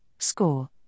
SCORE